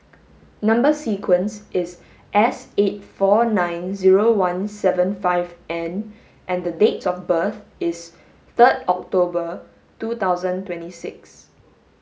number sequence is S eight four nine zero one seven five N and the date of birth is third October two thousand twenty six